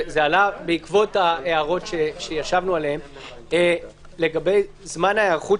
זה עלה בעקבות ההערות שישבנו עליהן לגבי זמן ההיערכות